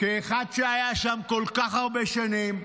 כאחד שהיה שם כל כך הרבה שנים,